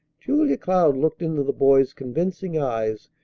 julia cloud looked into the boy's convincing eyes,